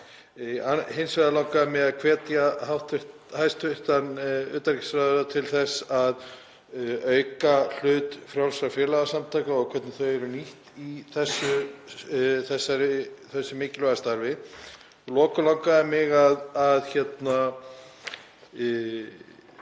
Hins vegar langar mig að hvetja hæstv. utanríkisráðherra til þess að auka hlut frjálsra félagasamtaka og hvernig þau eru nýtt í þessu mikilvæga starfi. Að lokum langaði mig að